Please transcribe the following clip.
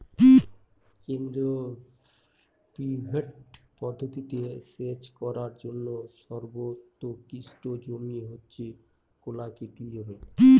কেন্দ্রীয় পিভট পদ্ধতিতে সেচ করার জন্য সর্বোৎকৃষ্ট জমি হচ্ছে গোলাকৃতি জমি